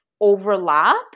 overlap